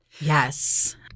yes